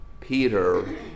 Peter